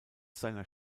seiner